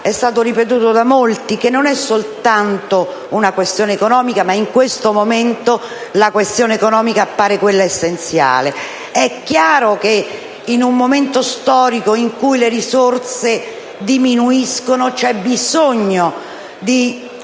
è stato ripetuto da molti - che non è soltanto una questione economica, ma in questo momento la questione economica appare essenziale. È evidente che, in un momento storico in cui le risorse diminuiscono, è necessario